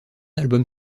album